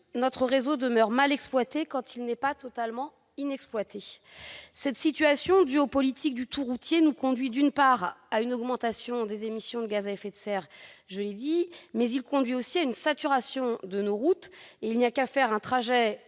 notre réseau demeure mal exploité, quand il n'est pas totalement inexploité. Cette situation, due aux politiques du tout routier, conduit, d'une part, à une augmentation des émissions de gaz à effet de serre, et, d'autre part, à une saturation de nos routes- il n'y a qu'à faire un trajet